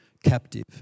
captive